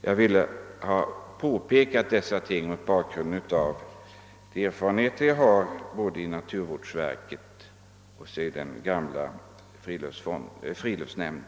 Jag har velat säga detta mot bakgrunden av mina erfarenheter både inom naturvårdsverket och i den gamla friluftsnämnden.